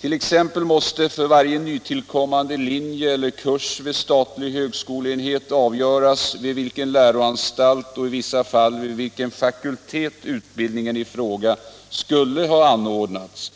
T. ex. måste för varje nytillkommande linje eller kurs vid statlig högskoleenhet avgöras vid vilken läroanstalt och i vissa fall vid vilken fakultet utbildningen i fråga skulle ha anordnats